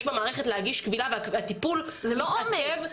במערכת להגיד קבילה והטיפול מתעכב --- זה לא עומס.